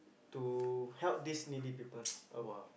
to help this needy people out